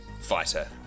Fighter